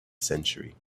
century